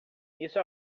isso